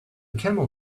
camel